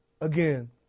again